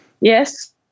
Yes